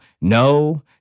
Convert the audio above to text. no